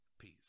Peace